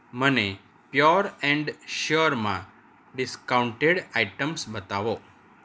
મને pure and શ્યોરમાં discounted items બતાવો